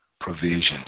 provisions